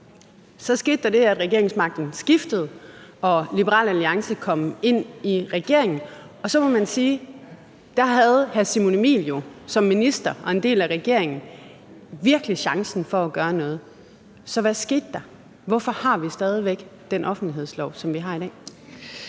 Så skete der det, at regeringsmagten skiftede og Liberal Alliance kom ind i regeringen, og så må man sige, at der havde hr. Simon Emil Ammitzbøll-Bille jo som minister og en del af regeringen virkelig chancen for at gøre noget. Så hvad skete der? Hvorfor har vi stadig væk den offentlighedslov, som vi har i dag?